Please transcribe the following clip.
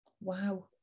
Wow